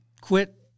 quit